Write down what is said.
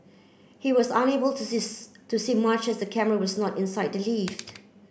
he was unable to see to see much as the camera was not inside the lift